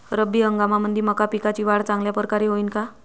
रब्बी हंगामामंदी मका पिकाची वाढ चांगल्या परकारे होईन का?